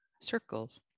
circles